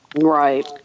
Right